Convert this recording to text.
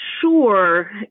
sure